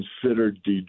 considered